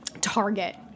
target